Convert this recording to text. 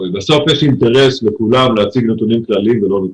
בסוף לכולם יש אינטרס להציג נתונים כלליים ולא נקודתיים.